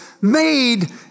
made